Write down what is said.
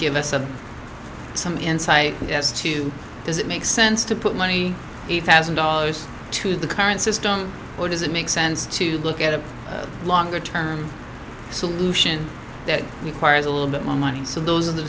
give us some some insight as to does it make sense to put money eight thousand dollars to the current system or does it make sense to look at a longer term solution that requires a little bit more money so those are the